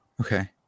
Okay